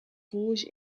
rouge